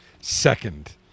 second